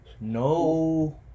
No